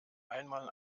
einmal